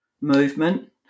movement